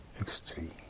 extreme